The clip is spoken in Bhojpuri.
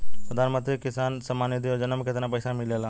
प्रधान मंत्री किसान सम्मान निधि योजना में कितना पैसा मिलेला?